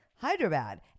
Hyderabad